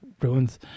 ruins